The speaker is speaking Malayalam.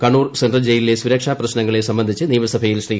കണ്ണൂർ സെൻട്രൽ ജയിലിലെ സുരക്ഷാപ്രശ്നങ്ങളെ സംബന്ധിച്ച് നിയമസഭയിൽ ശ്രീ